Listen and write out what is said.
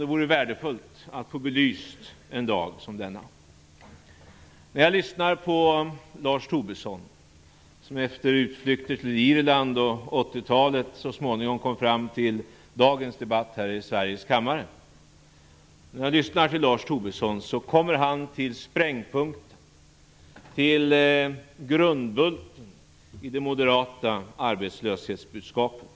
Det vore värdefullt att få denna fråga belyst en dag som denna. 80-talet så småningom fram till dagens debatt här i Sveriges riksdag och till sprängpunkten och grundbulten i det moderata arbetslöshetsbudskapet.